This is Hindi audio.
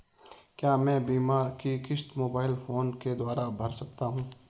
क्या मैं बीमा की किश्त मोबाइल फोन के द्वारा भर सकता हूं?